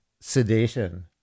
sedation